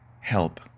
help